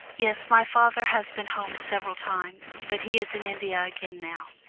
yes, my father has been home several times, but he is in india again now,